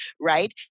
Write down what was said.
right